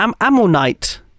Ammonite